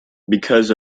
because